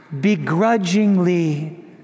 begrudgingly